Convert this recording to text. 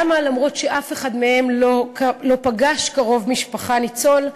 למה, למרות שאף אחד מהם לא פגש קרוב משפחה ניצול,